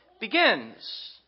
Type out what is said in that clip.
begins